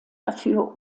dafür